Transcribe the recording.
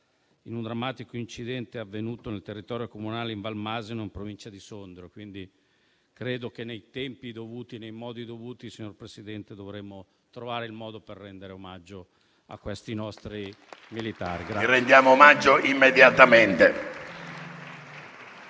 in un drammatico incidente avvenuto nel territorio comunale in Val Masino, in provincia di Sondrio. Ritengo pertanto che nei tempi dovuti e nei modi dovuti, signor Presidente, dovremmo trovare il modo per rendere omaggio ai nostri militari.